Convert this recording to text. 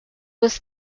was